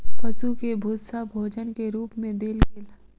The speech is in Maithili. पशु के भूस्सा भोजन के रूप मे देल गेल